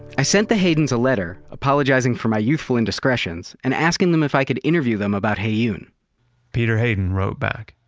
i sent the haydens a letter, apologizing for my youthful indiscretions and asking them if i could interview them about heyoon peter hayden wrote back,